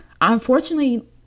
unfortunately